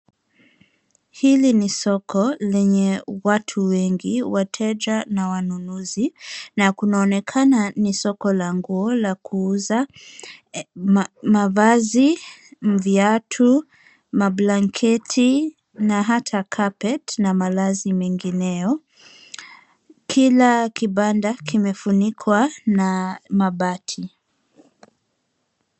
Hili ni soko lenye watu wengi wateja na wanunuzi kinaonekana ni soko la nguo la kuuza mavazi, viatu ,mablanketi na hata carpet na malazi mengine kila kipanda kimefunikwa na mapati.